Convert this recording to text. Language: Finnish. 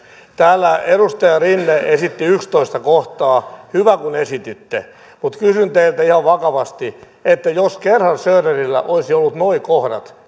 täällä edustaja rinne esitti yhdestoista kohtaa hyvä kun esititte mutta kysyn teiltä ihan vakavasti jos gerhard schröderillä olisi ollut nuo kohdat